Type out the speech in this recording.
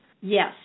Yes